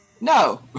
No